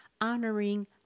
honoring